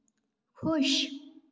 खुश